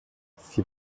sie